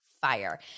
fire